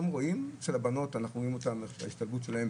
אנחנו רואים את ההשתלבות של הבנות,